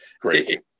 Great